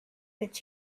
but